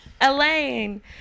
elaine